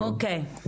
אוקיי.